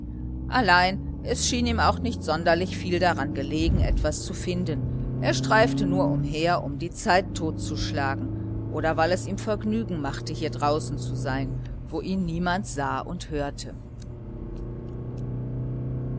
allein es schien ihm auch nicht sonderlich viel daran gelegen etwas zu finden er streifte nur umher um die zeit totzuschlagen oder weil es ihm vergnügen machte hier draußen zu sein wo ihn niemand sah und hörte